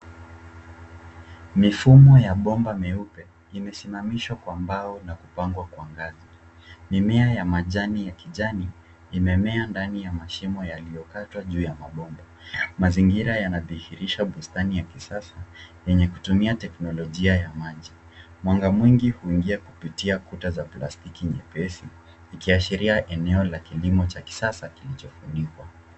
Mifumo ya bomba meupe, imesimamishwa kwa mbao na kupangwa kwa ngazi. Mimea ya majani ya kijani imemea ndani ya mashimo yaliyokatwa juu ya mabomba. Mazingira yanadhihirisha bustani ya kisasa yenye kutumia teknolojia ya maji. Mwanga mwingi huingia kupitia kuta za plastiki nyepesi ikiashiria eneo la kilimo cha kisasa kilichofunikwa.